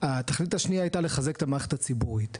והתכלית השנייה, חיזוק המערכת הציבורית.